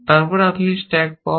তারপর আপনি stack pop